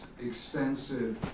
extensive